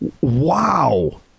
Wow